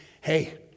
hey